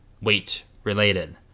weight-related